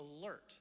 alert